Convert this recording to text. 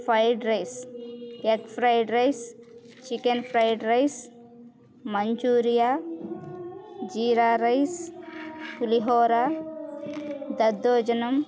fried rice egg fried rice chicken fried rice manchuria jeera rice పులిహోర దద్దోజనం